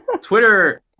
Twitter